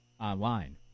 online